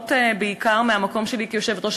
נובעות בעיקר מהמקום שלי כיושבת-ראש